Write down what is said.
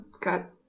got